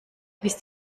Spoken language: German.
wisst